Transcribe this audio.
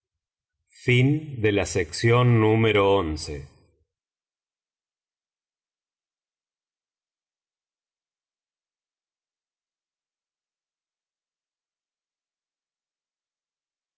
de la academia